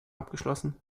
abgeschlossen